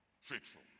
Faithful